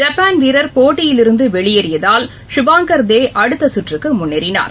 Japan வீரர் போட்டியில் இருந்துவெளியேறியதால் சுபாங்கர்தேஅடுத்தசுற்றுக்குழுன்னேறினார்